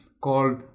called